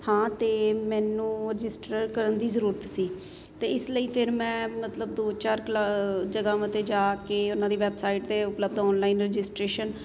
ਹਾਂ ਅਤੇ ਮੈਨੂੰ ਰਜਿਸਟਰ ਕਰਨ ਦੀ ਜ਼ਰੂਰਤ ਸੀ ਅਤੇ ਇਸ ਲਈ ਫਿਰ ਮੈਂ ਮਤਲਬ ਦੋ ਚਾਰ ਕਲਾ ਜਗ੍ਹਾ 'ਤੇ ਜਾ ਕੇ ਉਹਨਾਂ ਦੀ ਵੈਬਸਾਈਟ 'ਤੇ ਉਪਲੱਬਧ ਓਨਲਾਈਨ ਰਜਿਸਟਰੇਸ਼ਨ